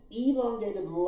elongated